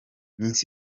miss